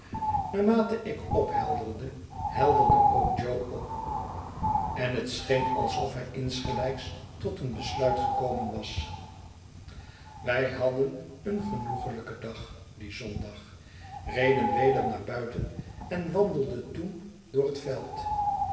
naarmate ik ophelderde helderde ook jo op en het scheen alsof hij insgelijks tot een besiuit gekomen was wij hadden een genoeglijken dag dien zondag reden weder naar buiten en wandelden toen door het veld